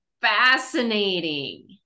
fascinating